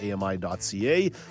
ami.ca